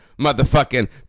motherfucking